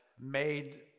made